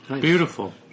Beautiful